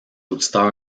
auditeurs